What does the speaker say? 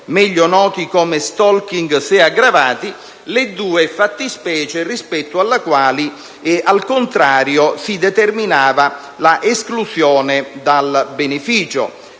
meglio noti come *stalking*, se aggravati), le due fattispecie rispetto alle quali, al contrario, si determinava l'esclusione dal beneficio.